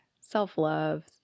self-love